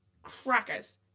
Crackers